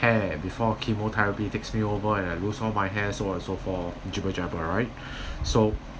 hair before chemotherapy takes me over and I lose all my hair so and so forth right so